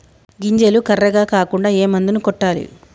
గింజలు కర్రెగ కాకుండా ఏ మందును కొట్టాలి?